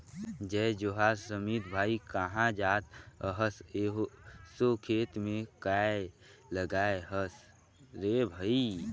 जय जोहार समीत भाई, काँहा जात अहस एसो खेत म काय लगाय हस रे भई?